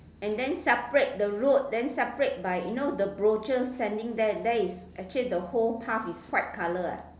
and than separate the road then separate by you know by the brochure standing there actually the whole path is white colour ah